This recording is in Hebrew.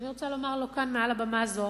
אני רוצה לומר לו כאן, מעל הבמה הזו,